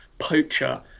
poacher